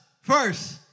first